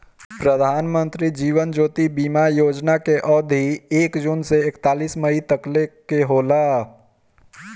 प्रधानमंत्री जीवन ज्योति बीमा योजना कअ अवधि एक जून से एकतीस मई तकले कअ होला